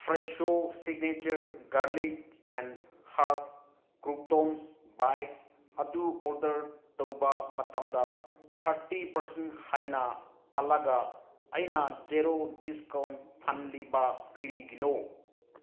Fresho signature garlic and herb croutons bite ꯑꯗꯨ order ꯇꯧꯕ ꯃꯇꯝꯗ ꯊꯥꯔꯇꯤ ꯄꯥꯔꯁꯦꯟ ꯍꯥꯏꯅ ꯄꯜꯂꯒ ꯑꯩꯅ ꯖꯦꯔꯣ ꯗꯤꯁꯀꯥꯎꯟ ꯐꯪꯂꯤꯕ ꯀꯔꯤꯒꯤꯅꯣ